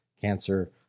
Cancer